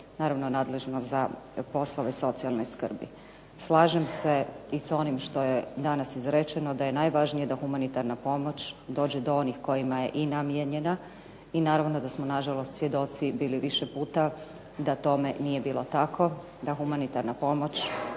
naravno nadležno za poslove socijalne skrbi. Slažem se i sa onim što je danas izrečeno, da je najvažnije da humanitarna pomoć dođe do onih kojima je i namijenjena. I naravno da smo, nažalost, svjedoci bili više puta da tome nije bilo tako da humanitarna pomoć,